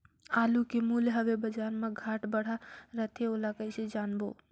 आलू के मूल्य हवे बजार मा घाट बढ़ा रथे ओला कइसे जानबो?